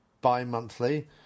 bi-monthly